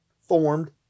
formed